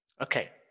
Okay